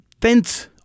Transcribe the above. fence